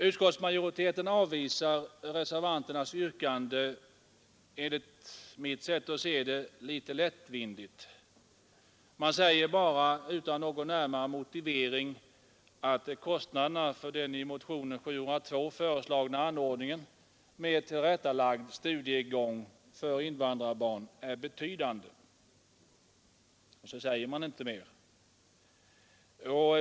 Utskottsmajoriteten avvisar enligt mitt sätt att se saken motionärernas yrkande litet lättvindigt. Utan någon närmare motivering säger man bara att kostnaderna för den i motionen 702 föreslagna anordningen med tillrättalagd studiegång för invandrarbarn är betydande.